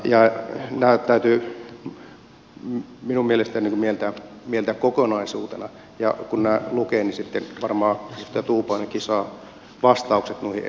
nämä täytyy minun mielestäni mieltää kokonaisuutena ja kun nämä lukee niin sitten varmaan edustaja tuupainenkin saa vastaukset noihin esittämiinsä kysymyksiin